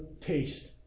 taste